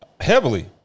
Heavily